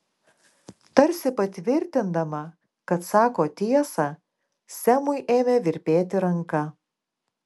tarsi patvirtindama kad sako tiesą semui ėmė virpėti ranka